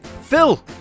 Phil